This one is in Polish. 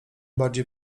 bardziej